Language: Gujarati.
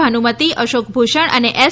ભાનુમતી અશોક ભૂષણ અને એસ